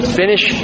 finish